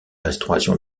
restauration